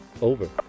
Over